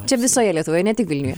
čia visoje lietuvoje ne tik vilniuje